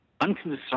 unconcerned